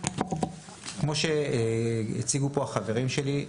כמו שהציגו כאן החברים שלי,